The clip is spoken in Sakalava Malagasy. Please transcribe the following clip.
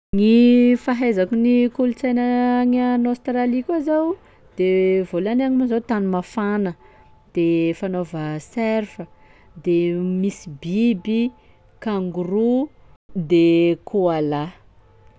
Gny fahaizako gny kolontsaina agny an'Aostralia koa zao de voalohany any aloha zao tany mafana de fanaova surf, de misy biby kangoroa de koala.